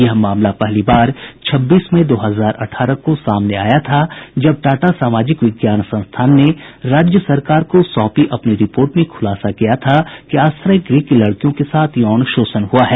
यह मामला पहली बार छब्बीस मई दो हजार अठारह को समाने आया था जब टाटा सामाजिक विज्ञान संस्थान ने राज्य सरकार को सौंपी अपनी रिपोर्ट खुलासा किया था कि आश्रय गृह की लड़कियों के साथ यौन शोषण हुआ है